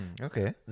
okay